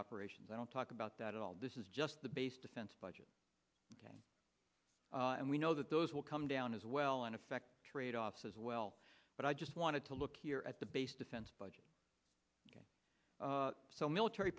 operations i don't talk about that at all this is just the base defense budget and we know that those will come down as well and affect tradeoffs as well but i just wanted to look here at the base defense budget so military